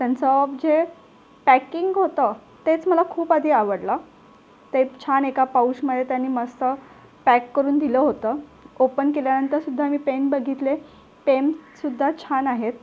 त्यांचं जे पॅकिंग होतं तेच मला खूप आधी आवडलं ते छान एका पाऊचमध्ये त्यांनी मस्त पॅक करून दिलं होतं ओपन केल्यानंतरसुद्धा मी पेन बघितले पेनसुद्धा छान आहेत